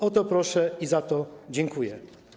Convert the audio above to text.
O to proszę i za to dziękuję.